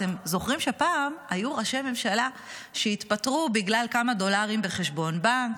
אתם זוכרים שפעם היו ראשי ממשלה שהתפטרו בגלל כמה דולרים בחשבון בנק?